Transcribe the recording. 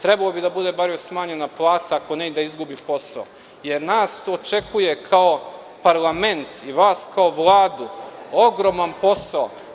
Trebalo bi da joj bude bar smanjena plata, ako ne i da izgubi posao, jer nas očekuje kao parlament i vas kao Vladu ogroman posao.